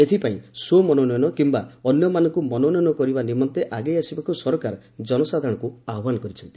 ଏଥିପାଇଁ ସ୍ୱ ମନୋନୟନ କିମ୍ବା ଅନ୍ୟମାନଙ୍କୁ ମନୋନୟନ କରିବା ନିମନ୍ତେ ଆଗେଇ ଆସିବାକୁ ସରକାର ଜନସାଧାରଣଙ୍କୁ ଆହ୍ୱାନ କରିଛନ୍ତି